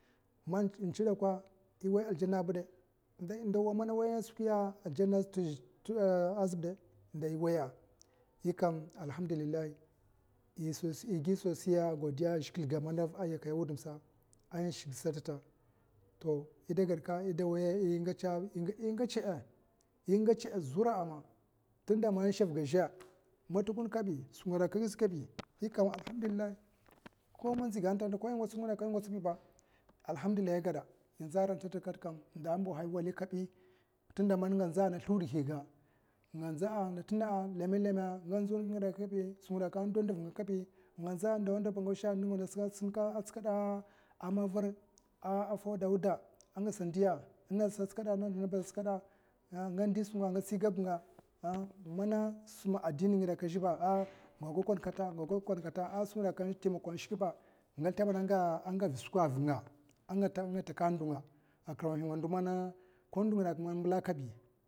Man intswa dakwa iwai aljana bida adawa mana wai aljana azibide ndawa yikam alhamdulillah i gi sosi godiya a zhiklega mana yakaya wudum sa an shig satata zurama tunda man shafga zha matakun kabi skwi ngida kakkabi yikam alhamdullalah koman inzig tanta ko i gwats ko igwatsbi alhamdullah igwada inza ra tantakam nd a mbahaya halikabi nganza na sludhiga nga na triga'a lema lema nga nzo ngidakakkabi skwi ngidakakka a do ndiunga kabi nga nza a ndawa ndawaba nga wusha mavir a nga fudawda a ngasa ndiya'a nansa tsakadda ina asba tsikadda nga ndi skwinga nga tsigabnga a mana sim adini ngidakekka nga gokon kata skwi ngidakekka taimako a shikba nga slimbada a nga a nga takaha ndonga a kirmamhi nga,